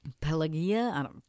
pelagia